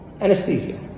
anesthesia